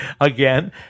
again